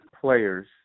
players